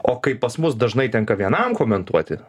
o kaip pas mus dažnai tenka vienam komentuoti